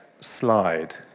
slide